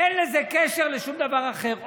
אין לזה קשר לשום דבר אחר.